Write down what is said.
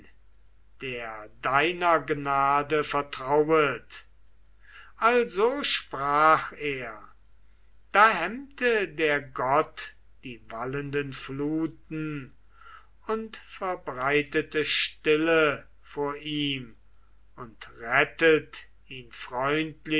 der deiner gnade vertrauet also sprach er da hemmte der gott die wallenden fluten und verbreitete stille vor ihm und rettet ihn